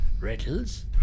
Riddles